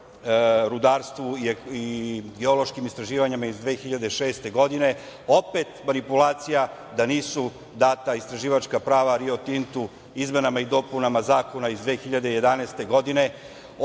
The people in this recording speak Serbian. rudarstvu i geološkim istraživanjima iz 2006. godine. Opet manipulacija da nisu data istraživačka prava Rio Tintu izmenama i dopunama zakona iz 2011. godine.